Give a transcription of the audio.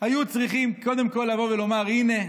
היו צריכים קודם כול לבוא ולומר: הינה,